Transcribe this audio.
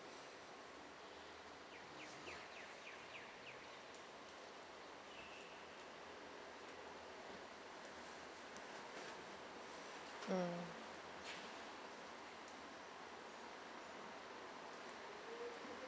mm